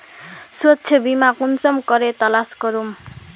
स्वास्थ्य बीमा कुंसम करे तलाश करूम?